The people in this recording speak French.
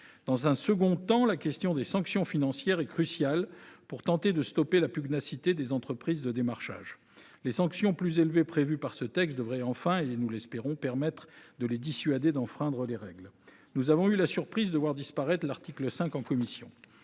En second lieu, la question des sanctions financières est cruciale pour s'opposer à la pugnacité des entreprises de démarchage. Les sanctions plus élevées prévues par ce texte devraient enfin- nous l'espérons -permettre de les dissuader d'enfreindre les règles. Nous avons eu la surprise de voir disparaître l'article 5 du texte en commission